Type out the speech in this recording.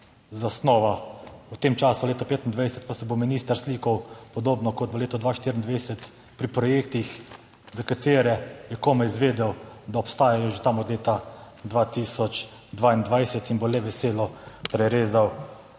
v tem času leto 2025 pa se bo minister slikal podobno kot v letu 2024 pri projektih, za katere je komaj izvedel, da obstajajo že tam od leta 2022, in bo le veselo prerezal